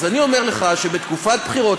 אז אני אומר לך שבתקופת בחירות,